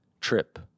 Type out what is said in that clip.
trip